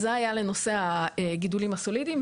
זה היה לנושא הגידולים הסולידיים.